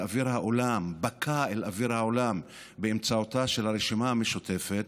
בקע אל אוויר העולם באמצעות הרשימה המשותפת,